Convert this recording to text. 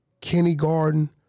Kindergarten